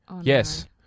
yes